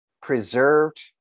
preserved